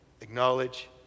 Acknowledge